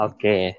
Okay